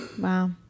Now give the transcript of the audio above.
wow